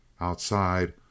Outside